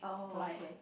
so I